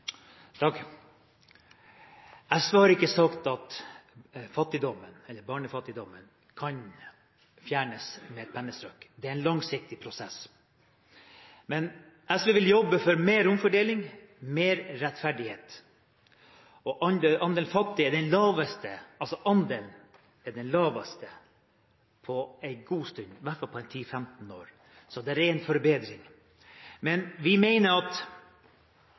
SV har ikke sagt at barnefattigdommen kan fjernes med et pennestrøk. Det er en langsiktig prosess. SV vil jobbe for mer omfordeling og mer rettferdighet. Andelen fattige er den laveste på en god stund – i hvert fall på 10–15 år. Så det er en forbedring. Vi mener at